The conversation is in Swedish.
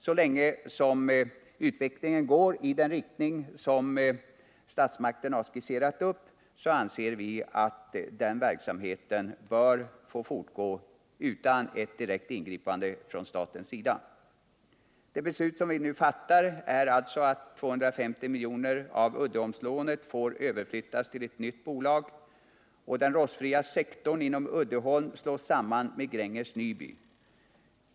Så länge utvecklingen går i den riktning som statsmakterna har skissat upp, anser vi att verksamheten bör få fortgå utan ett direkt ingripande från statens sida. Det beslut vi nu skall fatta är alltså att 250 miljoner av Uddeholmslånet får överflyttas till ett nytt bolag, och den rostfria sektorn inom Uddeholm slås samman med Gränges Nyby.